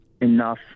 enough